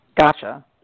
Gotcha